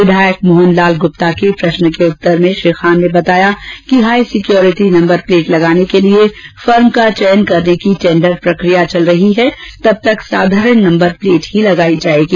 विधायक मोहन लाल गुप्ता के प्रश्न के उत्तर में श्री खान ने बताया कि हाई सिक्योरिटी नंबर प्लेट लगाने के लिए फर्म का चयन करने की टेंडर प्रक्रिया चल रही है तब तक साधारण नंबर प्लेट ही लगायी जायेंगी